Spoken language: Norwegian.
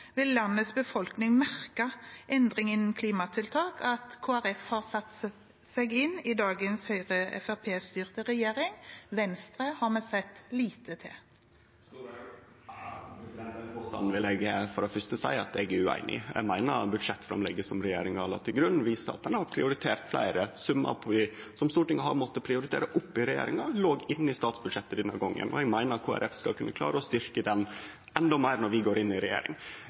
vil landets befolkning merke en endring i klimatiltak av at Kristelig Folkeparti har gått inn i dagens Høyre? Fremskrittsparti-styrte regjering? Venstre har vi sett lite til. Den påstanden vil eg for det første seie at eg er ueinig i. Eg meiner at budsjettframlegget som regjeringa la til grunn, viste at ein i regjeringa har prioritert fleire summar som Stortinget har måtta prioritere opp, at det låg inne i statsbudsjettet denne gongen, og eg meiner at Kristeleg Folkeparti skal kunne klare å styrkje det endå meir når vi går inn i regjering.